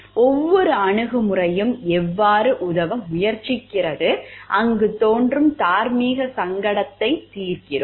ஒவ்வொரு அணுகுமுறையும் எவ்வாறு உதவ முயற்சிக்கிறது அங்கு தோன்றும் தார்மீக சங்கடத்தை தீர்க்கிறோம்